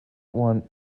one